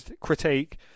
critique